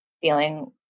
feeling